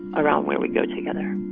around where we go together